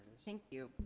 thank you.